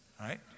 right